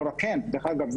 דרך אגב,